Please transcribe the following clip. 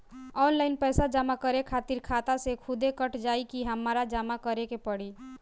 Online पैसा जमा करे खातिर खाता से खुदे कट जाई कि हमरा जमा करें के पड़ी?